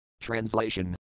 Translation